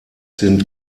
sind